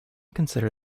consider